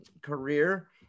career